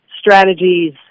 strategies